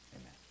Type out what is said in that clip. amen